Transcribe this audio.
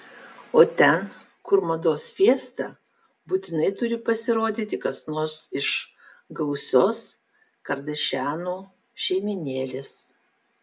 o ten kur mados fiesta būtinai turi pasirodyti kas nors iš gausios kardašianų šeimynėlės